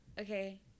Okay